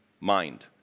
mind